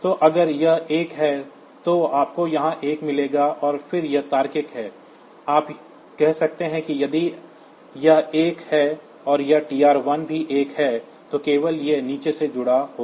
तो अगर यह 1 है तो आपको यहां 1 मिलेगा और फिर यह तार्किक है आप कह सकते हैं कि यदि यह 1 है और यह TR1 भी 1 है तो केवल यह नीचे से जुड़ा होगा